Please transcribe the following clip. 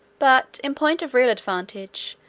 but, in point of real advantage,